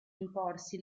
imporsi